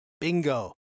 Bingo